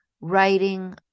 writing